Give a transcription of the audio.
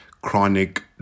chronic